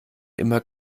immer